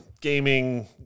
gaming